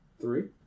Three